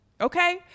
Okay